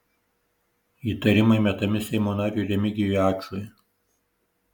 įtarimai metami seimo nariui remigijui ačui